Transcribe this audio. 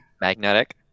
Magnetic